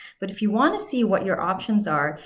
but if you want to see what your options are,